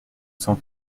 cent